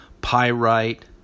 pyrite